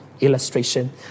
illustration